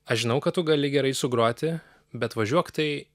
aš žinau kad tu gali gerai sugroti bet važiuok tai